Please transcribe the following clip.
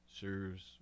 serves